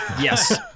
Yes